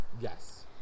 yes